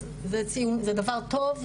זה דבר טוב,